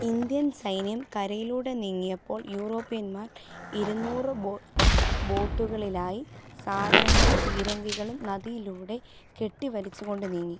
Indian സൈന്യം കരയിലൂടെ നീങ്ങിയപ്പോൾ യൂറോപ്യന്മാർ ഇരുന്നൂറ് ബോ ബോട്ടുകളിലായി സാധനങ്ങളും പീരങ്കികളും നദിയിലൂടെ കെട്ടിവലിച്ചുകൊണ്ട് നീങ്ങി